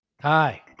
hi